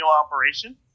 operation